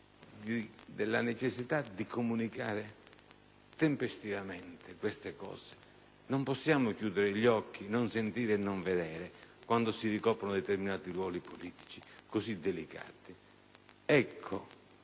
della necessità di comunicare tempestivamente queste informazioni. Non possiamo chiudere gli occhi, non sentire e non vedere, quando si ricoprono determinati ruoli politici così delicati. Ecco